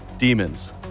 demons